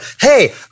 hey